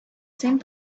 same